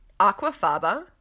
Aquafaba